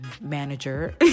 manager